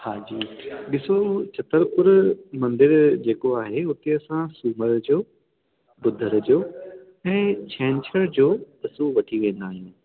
हा जी ॾिसो छत्तरपुर जेको मंदरु आहे उते असां सूमर जो ॿुधर जो ऐं छंछर जो वठी वेंदा आहियूं